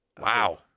Wow